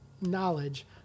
knowledge